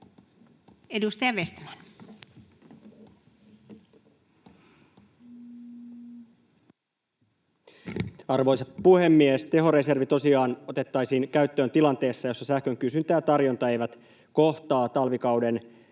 Content: Arvoisa puhemies! Tehoreservi tosiaan otettaisiin käyttöön tilanteessa, jossa sähkön kysyntä ja tarjonta eivät kohtaa talvikauden